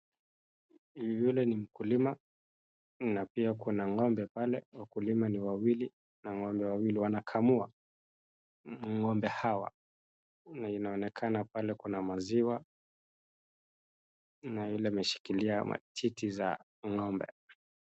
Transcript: Yule ni mkulima na pia kuna ng'ombe pale. Wakulima ni wawili na ng'ombe wawili, wanakamua ng'ombe hawa. Inaonekana pale kuna maziwa na yule ameshikilia matiti za ng'ombe.